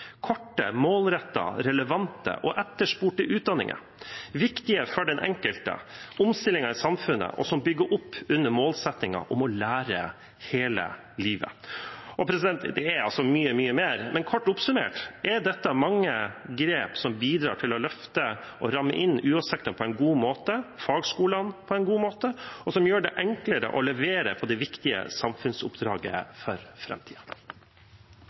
korte, målrettede, relevante og etterspurte utdanninger. Disse er viktige for den enkelte og omstillingen i samfunnet og bygger opp under målsettingen om å lære hele livet. Det er mye mer, men kort oppsummert er dette mange grep som bidrar til å løfte og ramme inn UH-sektoren og fagskolene på en god måte, og som gjør det enklere å levere på det viktige samfunnsoppdraget for